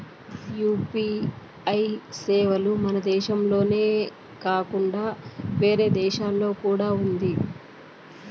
UPI సేవలు మన దేశం దేశంలోనే కాకుండా వేరే దేశాల్లో కూడా ఉందా?